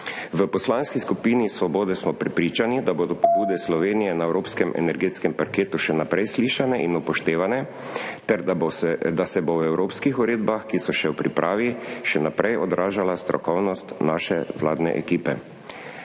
V Poslanski skupini Svobode smo prepričani, da bodo pobude Slovenije na evropskem energetskem parketu še naprej slišane in upoštevane, ter da se bo v evropskih uredbah, ki so še v pripravi, še naprej odražala strokovnost naše vladne ekipe.